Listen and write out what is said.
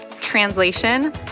Translation